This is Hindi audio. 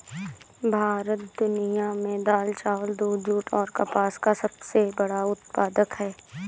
भारत दुनिया में दाल, चावल, दूध, जूट और कपास का सबसे बड़ा उत्पादक है